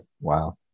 Wow